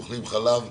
אוכלים חלב,